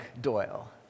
Doyle